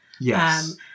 Yes